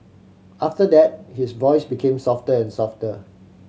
after that his voice became softer and softer